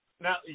now